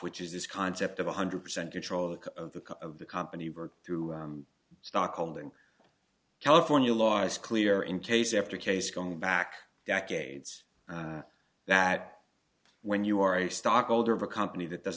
which is this concept of one hundred percent control of the cut of the company through stock holding california law is clear in case after case going back decades that when you are a stockholder of a company that does